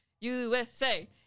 USA